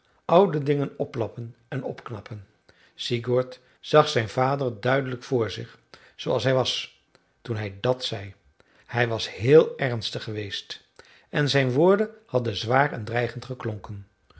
oude dingen oplappen en opknappen sigurd zag zijn vader duidelijk voor zich zooals hij was toen hij dat zei hij was heel ernstig geweest en zijn woorden hadden zwaar en dreigend geklonken